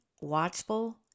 watchful